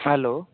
hello